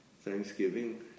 Thanksgiving